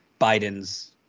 Biden's